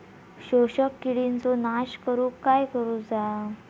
शोषक किडींचो नाश करूक काय करुचा?